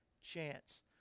chance